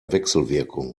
wechselwirkung